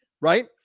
right